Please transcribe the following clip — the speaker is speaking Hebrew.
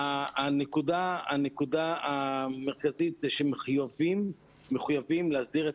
הנקודה המרכזית היא שמחויבים להסדיר את